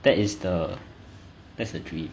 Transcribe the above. that is the that's a dream